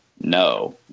No